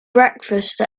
breakfast